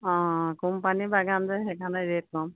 অঁ কোম্পানী বাগান যে সেইকাৰণে ৰেট কম